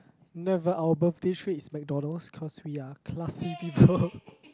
never our birthday treat is McDonald's because we are classy people